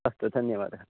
अस्तु धन्यवादः